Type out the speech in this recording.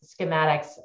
schematics